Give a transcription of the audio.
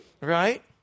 Right